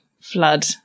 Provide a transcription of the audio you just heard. flood